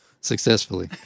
Successfully